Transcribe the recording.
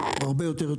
או הרבה יותר.